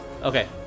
Okay